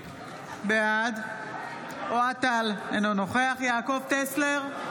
בעד אוהד טל, אינו נוכח יעקב טסלר,